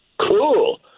Cool